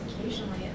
occasionally